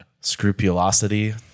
scrupulosity